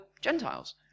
Gentiles